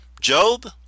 Job